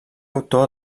autor